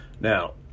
Now